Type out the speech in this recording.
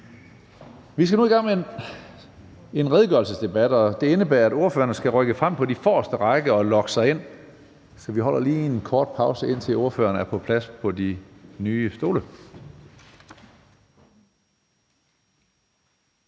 Vi skal nu i gang med en redegørelsesdebat, og det indebærer, at ordførerne skal rykke frem på de forreste rækker og logge sig ind, så vi holder lige en kort pause, indtil ordførerne er på plads.